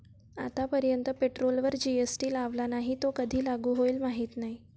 आतापर्यंत पेट्रोलवर जी.एस.टी लावला नाही, तो कधी लागू होईल माहीत नाही